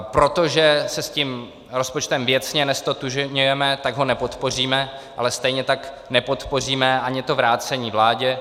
Protože se s tím rozpočtem věcně neztotožňujeme, tak ho nepodpoříme, ale stejně tak nepodpoříme ani to vrácení vládě.